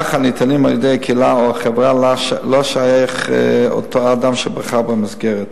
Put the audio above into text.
אך הניתנים על-ידי הקהילה או החברה שלה שייך אותו אדם שבחר במסגרת.